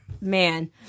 Man